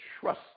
trust